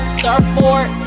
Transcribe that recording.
surfboard